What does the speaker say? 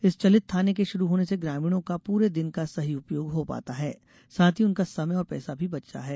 इस चलित थाने के शुरू होने से ग्रामीणों का पूरे दिन का सही उपयोग हो पाता है साथ ही उनका समय और पैसा भी बच जाता है